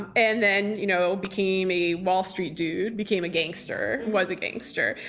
and then you know became a wall street dude, became a gangster, was a gangster,